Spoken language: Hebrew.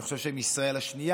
אני חושב שהוא מישראל השנייה,